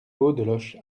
beaudeloche